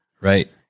Right